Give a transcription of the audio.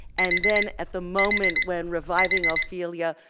and then at the moment when reviving ophelia,